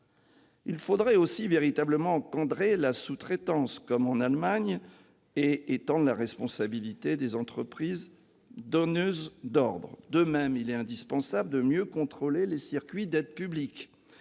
Il faudrait aussi encadrer véritablement la sous-traitance, comme en Allemagne, et étendre la responsabilité des entreprises donneuses d'ordres. De même, il est indispensable de mieux contrôler les circuits d'aide publique.